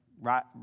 right